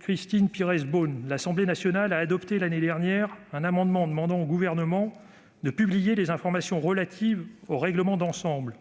Christine Pires Beaune, l'Assemblée nationale a adopté l'année dernière un amendement tendant à demander au Gouvernement de publier les informations relatives aux « règlements d'ensemble ».